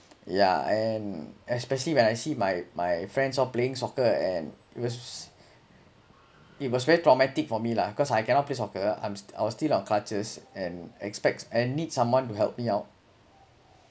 yeah and especially when I see my my friends are playing soccer and it was it was very traumatic for me lah cause I cannot play soccer I'm st~ I was still on clutches and expects and need someone to help me out